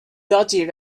dodgy